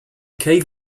cave